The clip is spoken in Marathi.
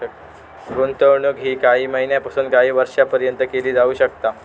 गुंतवणूक ही काही महिन्यापासून काही वर्षापर्यंत केली जाऊ शकता